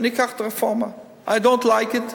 אני אקח את הרפורמה.I don’t like it ,